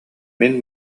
мин